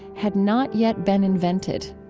had not yet been invented.